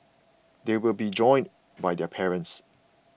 they will be joined by their parents